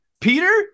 Peter